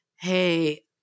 Hey